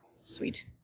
Sweet